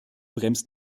bremst